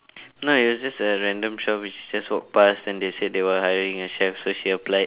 no it was just a random shop we just walk past then they said they were hiring a chef so she applied